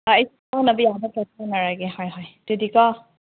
ꯍꯣꯏ ꯑꯩꯁꯨ ꯐꯥꯎꯅꯕ ꯌꯥꯕ ꯃꯈ ꯐꯥꯎꯅꯔꯒ ꯍꯣꯏ ꯍꯣꯏ ꯑꯗꯨꯗꯤꯀꯣ